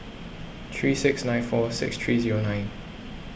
three six nine four six three zero nine